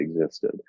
existed